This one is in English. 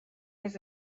his